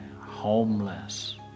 homeless